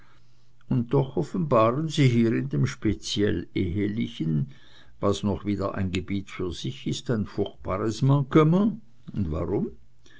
und doch offenbaren sie hier in dem speziell ehelichen was noch wieder ein gebiet für sich ist ein furchtbares manquement und warum